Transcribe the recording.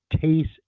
taste